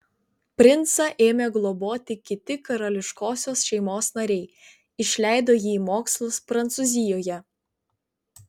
princą ėmė globoti kiti karališkosios šeimos nariai išleido jį į mokslus prancūzijoje